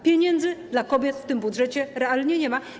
Pieniędzy dla kobiet w tym budżecie realnie nie ma.